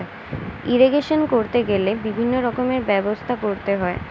irrigation করতে গেলে বিভিন্ন রকমের ব্যবস্থা করতে হয়